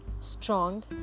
strong